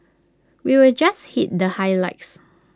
we'll just hit the highlights